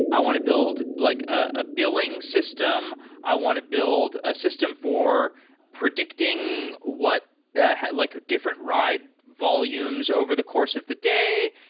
i want to build like a billing system. i want to build a system for predicting ah like different ride volumes over the course of the day,